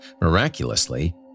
Miraculously